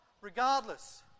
regardless